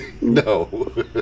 no